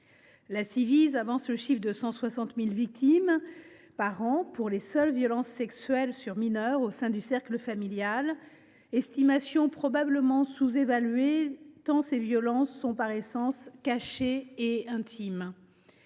La Ciivise avance ainsi le chiffre de 160 000 victimes par an pour les seules violences sexuelles commises sur mineur au sein du cercle familial, estimation probablement sous évaluée, ces violences étant par essence cachées et intimes.